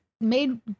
made